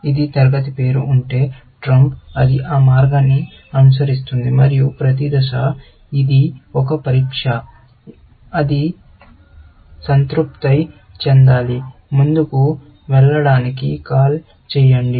ఇది తరగతి పేరు ఉంటే ట్రంప్ అది ఆ మార్గాన్ని అనుసరిస్తుంది మరియు ప్రతి దశ ఇది ఒక పరీక్ష అది సంతృప్తి చెందాలి ముందుకు వెళ్ళడానికి కాల్ చేయండి